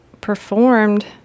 performed